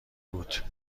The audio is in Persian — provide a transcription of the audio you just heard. بود